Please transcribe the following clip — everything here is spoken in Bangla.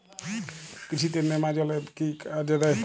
কৃষি তে নেমাজল এফ কি কাজে দেয়?